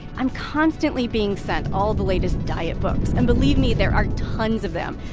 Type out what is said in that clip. i'm constantly being sent all the latest diet books. and believe me there are tons of them.